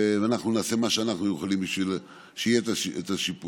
ואנחנו נעשה מה שאנחנו יכולים בשביל שיהיה השיפור.